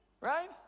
Right